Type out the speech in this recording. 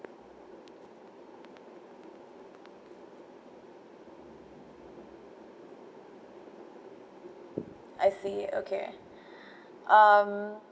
I see okay um